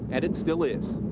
and it still is.